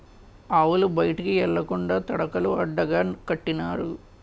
ఆవులు బయటికి ఎల్లకండా తడకలు అడ్డగా కట్టినారు